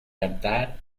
cantar